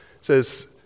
says